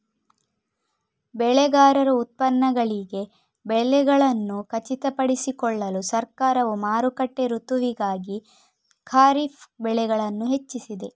ಬೆಳೆಗಾರರ ಉತ್ಪನ್ನಗಳಿಗೆ ಬೆಲೆಗಳನ್ನು ಖಚಿತಪಡಿಸಿಕೊಳ್ಳಲು ಸರ್ಕಾರವು ಮಾರುಕಟ್ಟೆ ಋತುವಿಗಾಗಿ ಖಾರಿಫ್ ಬೆಳೆಗಳನ್ನು ಹೆಚ್ಚಿಸಿದೆ